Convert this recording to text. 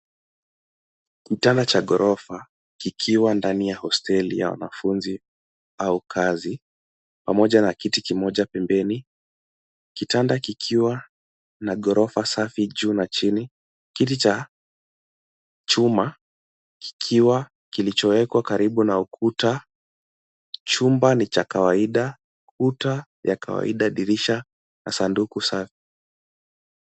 Kitanda cha ghorofa kikiwa ndani ya hosteli ya wanafunzi au kazi pamoja na kiti kimoja pembeni. Kitanda kikiwa na ghorofa safi juu na chini, kiti cha chuma kikiwa kilichoekwa karibu na ukuta. Chumba ni cha kawaida, kuta ya kawaida, dirisha na sanduku safi.